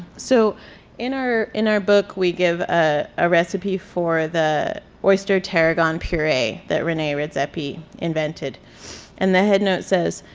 so in our, in our book we give a recipe for the oyster tarragon puree that rene redzepi invented and the headnote says,